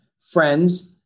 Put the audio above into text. Friends